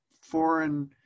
foreign